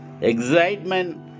excitement